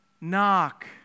knock